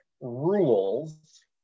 rules